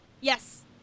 Yes